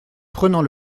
prenant